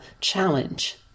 challenge